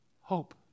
Hope